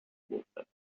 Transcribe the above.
movement